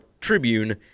Tribune